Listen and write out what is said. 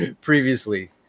previously